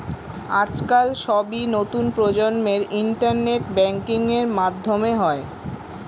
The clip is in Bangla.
আজকাল সবই নতুন প্রজন্মের ইন্টারনেট ব্যাঙ্কিং এর মাধ্যমে হয়